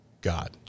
God